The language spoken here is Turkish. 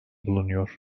bulunuyor